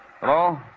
Hello